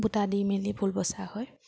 বুটা দি মেলি ফুল বচা হয়